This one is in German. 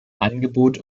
angebot